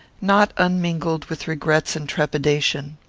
not unmingled with regrets and trepidation.